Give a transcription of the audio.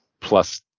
plus